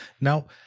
Now